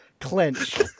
clench